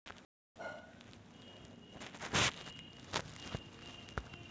दुसर्या सदस्याच्या खात्यात जोडण्यासाठी तुम्हाला तुमच्या बँक शाखेला भेट देण्याची आवश्यकता आहे